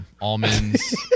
almonds